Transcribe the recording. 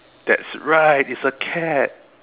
that's right it's a cat